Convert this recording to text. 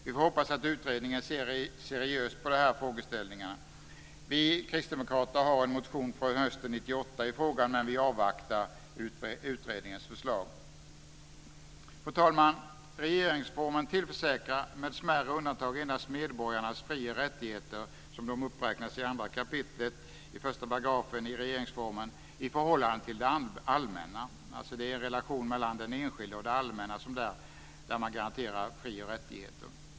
Vi får hoppas att utredningen ser seriöst på de här frågeställningarna. Vi kristdemokrater har en motion från hösten 1998 i frågan, men vi avvaktar utredningens förslag. Fru talman! Regeringsformen tillförsäkrar med smärre undantag endast medborgarna fri och rättigheter, uppräknade i 2 kap. 1 § i regeringsformen, i förhållande till det allmänna. Det är i relationen mellan det enskilda och det allmänna som man garanterar fri och rättigheter.